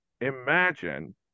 imagine